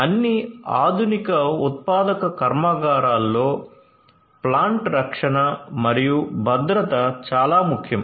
అన్ని ఆధునిక ఉత్పాదక కర్మాగారాలలో ప్లాంట్ రక్షణ మరియు భద్రత చాలా ముఖ్యం